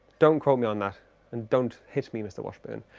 don't quote me on that and don't hit me mr. washburn!